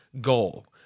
goal